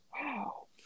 Wow